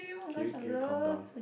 can you can you calm down